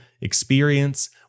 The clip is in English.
experience